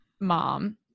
mom